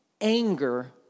anger